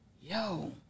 yo